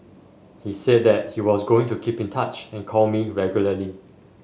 he said that he was going to keep in touch and call me regularly